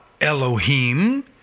Elohim